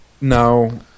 No